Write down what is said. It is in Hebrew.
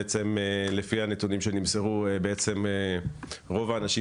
לפי הנתונים שנמסרו, רוב האנשים